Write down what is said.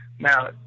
Now